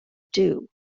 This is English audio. due